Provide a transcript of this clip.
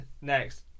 next